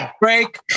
break